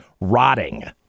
rotting